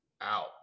out